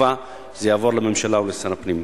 בתקווה שזה יעבור לממשלה ולשר הפנים.